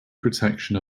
protection